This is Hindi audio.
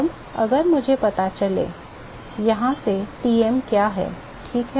अब अगर मुझे पता चले यहाँ से Tm क्या है ठीक है